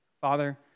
Father